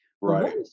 Right